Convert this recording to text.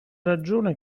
ragione